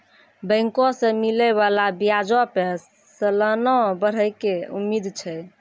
बैंको से मिलै बाला ब्याजो पे सलाना बढ़ै के उम्मीद छै